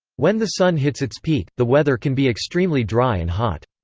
when the sun hits its peak, the weather can be extremely dry and hot.